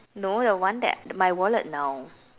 no the one that my wallet now